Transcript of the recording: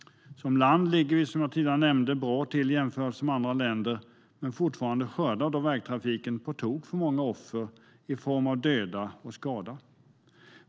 Som land ligger vi, som jag tidigare nämnde, bra till i jämförelse med andra länder, men fortfarande skördar vägtrafiken på tok för många offer i form av döda och skadade.